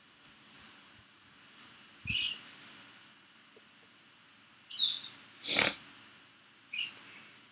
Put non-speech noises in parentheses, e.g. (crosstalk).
(noise)